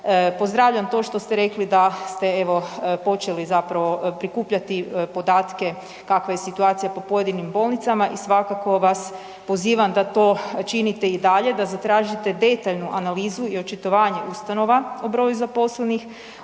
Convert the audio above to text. Pozdravljam to što ste rekli da ste evo počeli zapravo prikupljati podatke kakva je situacija po pojedinim bolnicama i svakako vas pozivam da to činite i dalje, da zatražite detaljnu analizu i očitovanje ustanova o broju zaposlenih,